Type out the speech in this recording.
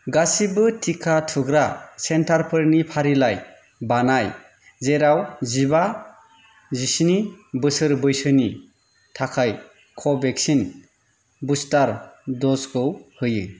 गासिबो टिका थुग्रा सेन्टारफोरनि फारिलाइ बानाय जेराव जिबा जिस्नि बोसोर बैसोनि थाखाय कवेक्सिननि बुस्टार द'जखौ होयो